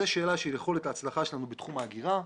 זאת שאלה של יכולת ההצלחה שלנו בתחום האגירה,